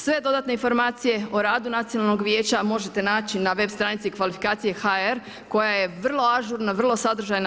Sve dodatne informacije o radu Nacionalnog vijeća možete naći na web stranici kvalifikacije.hr. koja je vrlo ažurna, vrlo sadržajna.